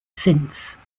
since